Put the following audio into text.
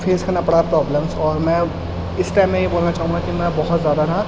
face کرنا پڑا problems اور میں اس ٹائم میں یہ بولنا چاہوں گا کہ میں بہت زیادہ نا